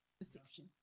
perception